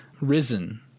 risen